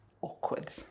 Awkward